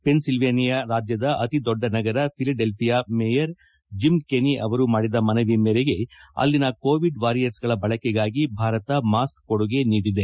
Pennsylvania ರಾಜ್ಯದ ಅತಿದೊಡ್ಡ ನಗರ ಫಿಲಿಡೆಲ್ಲಿಯಾ ಮೇಯರ್ ಜಿಮ್ ಕೆನಿ ಅವರು ಮಾಡಿದ ಮನವಿ ಮೇರೆಗೆ ಅಲ್ಲಿನ ಕೋವಿಡ್ ವಾರಿಯರ್ಗಿಗಳ ಬಳಕೆಗಾಗಿ ಭಾರತ ಮಾಸ್ಕ್ ಕೊಡುಗೆ ನೀಡಿದೆ